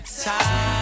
time